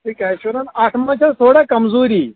تہٕ کیٛاہ چھِ ونان اتھ منٛز چھَس تھوڑا کمزوٗری